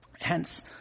Hence